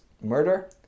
murder